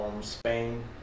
Spain